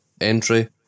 entry